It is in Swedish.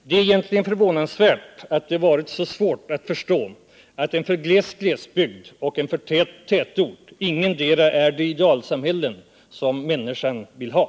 Det är egentligen förvånansvärt att det har varit så svårt att förstå att en för gles glesbygd och en för tät tätort ingendera är det idealsamhälle som människan vill ha.